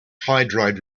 hydride